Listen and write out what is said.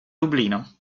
dublino